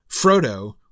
Frodo